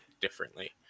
differently